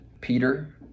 Peter